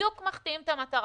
ואנחנו בדיוק מחטאים את המטרה.